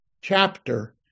chapter